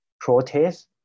protest